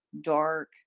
dark